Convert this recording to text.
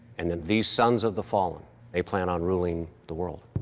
and then these sons of the fallen they plan on ruling the world.